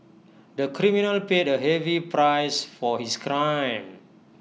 the criminal paid A heavy price for his crime